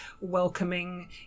welcoming